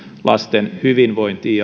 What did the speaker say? lasten hyvinvointiin